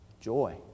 Joy